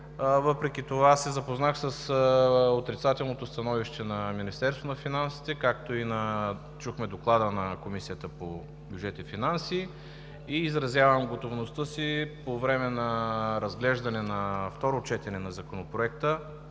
подкрепен. Аз се запознах с отрицателното становище на Министерството на финансите, както чухме и Доклада на Комисията по бюджет и финанси, и изразявам готовността си по време на разглеждане на второ четене на Законопроекта,